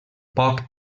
poc